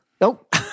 Nope